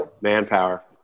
Manpower